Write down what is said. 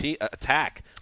attack